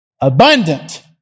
Abundant